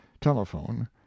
telephone